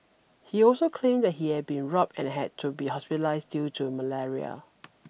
he also claimed that he had been robbed and had to be hospitalised due to malaria